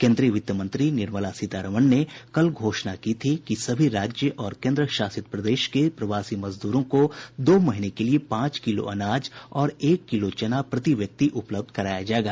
केन्द्रीय वित्तमंत्री निर्मला सीतारामन ने कल घोषणा की थी कि सभी राज्य और केन्द्रशासित प्रदेश के प्रवासी मजदूरों को दो महीने के लिए पांच किलो अनाज और एक किलो चना प्रति व्यक्ति उपलब्ध कराया जायेगा